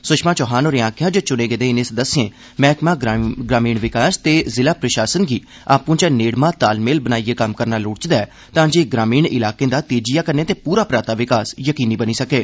सुषमा चौहान होरें आक्खेया जे चूने गेदे इनें सदस्यें मैहकमा ग्रामीण विकास ते जिला प्रशासन गी आपू च नेड़मा तालमेल बनाइयै कम्म करना लोड़चदा तां जे ग्रामीण इलाके दा तेजिया कन्नै ते पूरा पराता विकास यकीनी बनी सकै